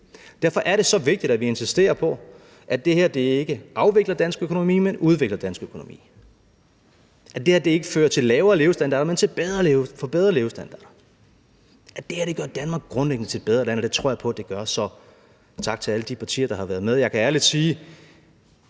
Derfor er det så vigtigt, at vi insisterer på, at det her ikke afvikler dansk økonomi, men udvikler dansk økonomi. At det her ikke fører til lavere levestandard, men til bedre levestandard, at det her grundlæggende gør Danmark til et bedre land, og det tror jeg på det gør. Så tak til alle de partier, der har været med. Jeg kan ærligt sige